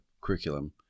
curriculum